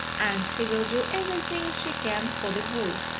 and she will do everything she can for the boy.